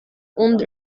und